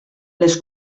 les